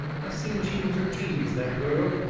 i seen she was a tease, that girl,